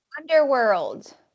Underworld